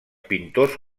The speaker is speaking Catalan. pintors